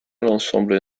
l’ensemble